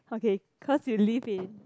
okay cause you live in